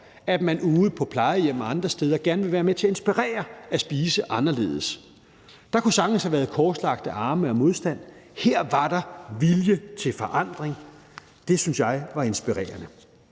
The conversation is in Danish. at man ude på plejehjem og andre steder gerne vil være med til at inspirere til at spise anderledes. Der kunne sagtens have været korslagte arme og modstand. Her var der vilje til forandring. Det synes jeg var inspirerende.